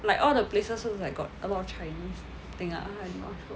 like all the places looks like got a lot of chinese thing ah I don't know what show